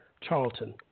Charlton